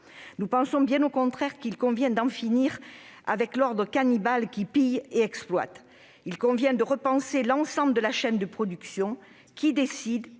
Nous pensons, bien au contraire, qu'il faut en finir avec l'ordre cannibale qui pille et exploite ! Il convient ainsi de repenser l'ensemble de la chaîne de production. Qui décide